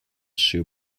shoes